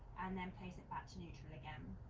and then place it back to neutral again.